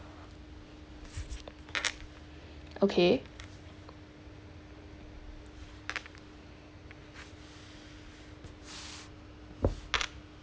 okay